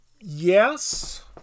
Yes